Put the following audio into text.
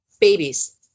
babies